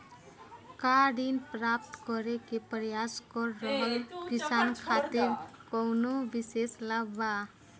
का ऋण प्राप्त करे के प्रयास कर रहल किसान खातिर कउनो विशेष लाभ बा?